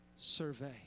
survey